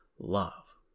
love